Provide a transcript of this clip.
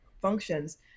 functions